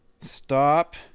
Stop